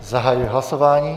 Zahajuji hlasování.